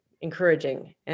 encouraging